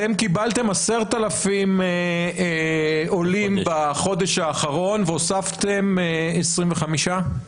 אתם קיבלתם 10,000 עולים בחודש האחרון והוספתם 25?